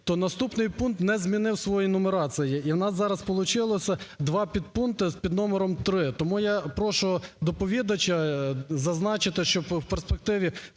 то наступний пункт не змінив своєї нумерації, і в нас зараз получилося два підпункти під номером 3. Тому я прошу доповідача зазначити, що у перспективі